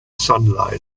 sunlight